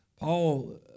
Paul